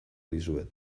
dizuet